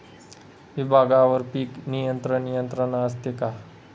विभागवार पीक नियंत्रण यंत्रणा असते का?